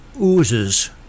oozes